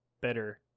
better